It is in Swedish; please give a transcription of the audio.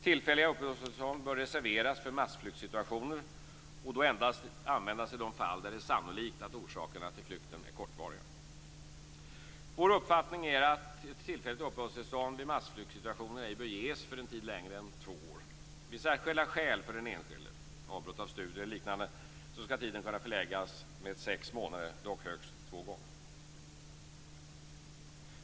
Tillfälliga uppehållstillstånd bör reserveras för massflyktssituationer och då endast användas i de fall där det är sannolikt att orsakerna till flykten är kortvariga. Vår uppfattning är att ett tillfälligt uppehållstillstånd vid massflyktssituationer ej bör ges för en tid längre än två år. Vid särskilda skäl för den enskilde, som avbrott av studier eller liknande, skall tiden kunna förlängas med sex månader, dock högst två gånger.